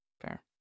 Fair